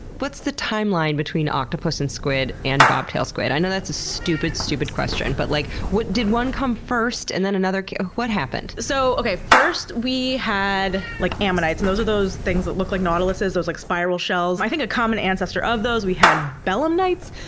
what's the timeline between octopus and squid and bobtail squid? i know that's a stupid, stupid question, but like did one come first and then another? what happened? so first we had like ammonites, and those are those things that look like nautiluses, those like spiral shells. i think a common ancestor of those, we had belemnites,